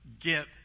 get